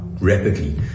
rapidly